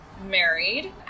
married